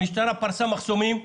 המשטרה פרסה מחסומים,